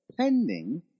pending